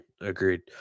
Agreed